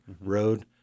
Road